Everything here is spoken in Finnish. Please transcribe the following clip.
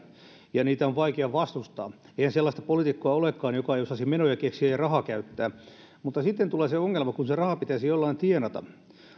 ja niitä on vaikea vastustaa eihän sellaista poliitikkoa olekaan joka ei osaisi menoja keksiä ja rahaa käyttää mutta sitten tulee se ongelma kun se raha pitäisi jollain tienata